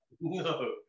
No